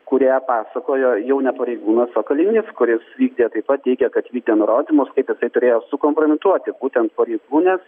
kur ją pasakojo jau ne pareigūnas o kalinys kuris vykdė taip pat teigė kad vykdė nurodymus kaip jisai turėjo sukompromituoti būtent pareigūnes